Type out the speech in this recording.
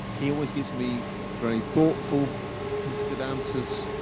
he always gives me very thoughtful considered answers,